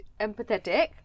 empathetic